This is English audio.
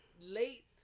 late